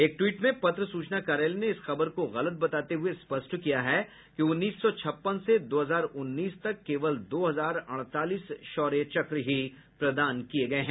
एक ट्वीट में पत्र सूचना कार्यालय ने इस खबर को गलत बताते हुए स्पष्ट किया है कि उन्नीस सौ छप्पन से दो हजार उन्नीस तक केवल दो हजार अड़तालीस शौर्य चक्र ही प्रदान किए गए हैं